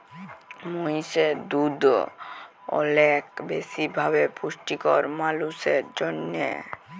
মহিষের দুহুদ অলেক বেশি ভাবে পুষ্টিকর মালুসের জ্যনহে